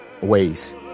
ways